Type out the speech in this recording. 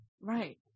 Right